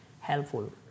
helpful